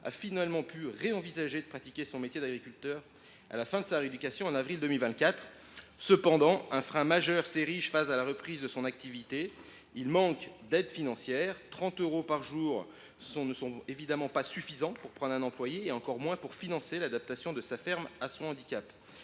a finalement pu envisager de pratiquer de nouveau son métier à la fin de sa rééducation, en avril 2024. Cependant, un frein majeur limite la reprise de son activité : le manque d’aides financières. En effet, 30 euros par jour ne sont évidemment pas suffisants pour employer un salarié et encore moins pour financer l’adaptation de sa ferme à son handicap.